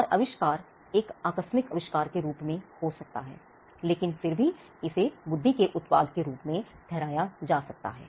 और आविष्कार एक आकस्मिक आविष्कार के रूप में हो सकता है लेकिन फिर भी इसे बुद्धि के उत्पाद के रूप में माना जा सकता है